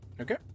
okay